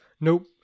nope